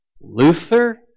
Luther